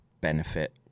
benefit